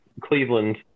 Cleveland